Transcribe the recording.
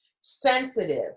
sensitive